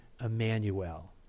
Emmanuel